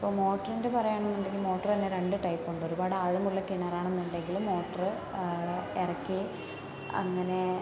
ഇപ്പോൾ മോട്ടറിൻ്റെ പറയുകയാണെങ്കിൽ മോട്ടർ തന്നെ രണ്ട് ടൈപ്പ് ഉണ്ട് ഒരുപാട് ആഴമുള്ള കിണറാണെന്നുണ്ടെങ്കിൽ മോട്ടറ് ഇറക്കി അങ്ങനെ